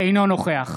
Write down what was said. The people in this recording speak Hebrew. אינו נוכח